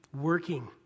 working